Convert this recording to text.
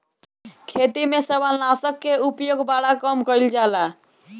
खेती में शैवालनाशक कअ उपयोग बड़ा कम कइल जाला